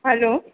hello